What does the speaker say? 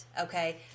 Okay